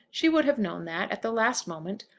she would have known that, at the last moment,